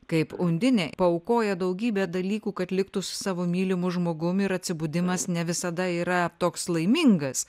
kaip undinė paaukoja daugybę dalykų kad liktų su savo mylimu žmogum ir atsibudimas ne visada yra toks laimingas